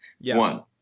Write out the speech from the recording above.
One